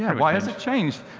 why has it changed?